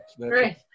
Great